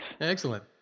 excellent